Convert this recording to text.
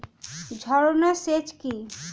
ঝর্না সেচ কি?